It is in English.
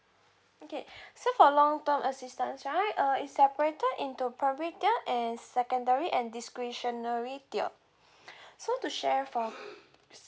okay so for long term assistance right uh is separated into primary tier and secondary and discretionary tier so to share for